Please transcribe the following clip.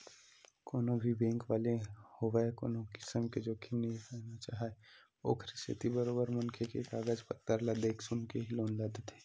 कोनो भी बेंक वाले होवय कोनो किसम के जोखिम नइ सहना चाहय ओखरे सेती बरोबर मनखे के कागज पतर ल देख सुनके ही लोन ल देथे